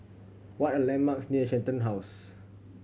what are landmarks near Shenton House